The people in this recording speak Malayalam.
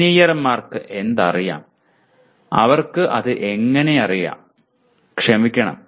എഞ്ചിനീയർമാർക്ക് എന്തറിയാം അവർക്ക് അത് എങ്ങനെ അറിയാം ക്ഷമിക്കണം